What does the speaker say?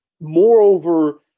Moreover